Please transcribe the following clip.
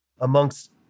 amongst